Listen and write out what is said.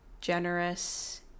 generous